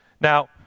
Now